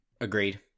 Agreed